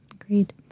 Agreed